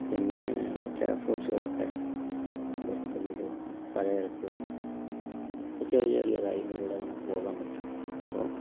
പിന്നേ മറ്റേ ഫ്രൂട്സുകളൊക്കെ വിൽക്കുന്നതും പലചരക്ക് കട ചെറിയ ചെറിയ കാര്യങ്ങളിലൂടെ നമുക്ക് പോകാൻ പറ്റും അപ്പോൾ